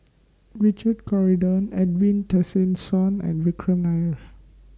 Richard Corridon Edwin Tessensohn and Vikram Nair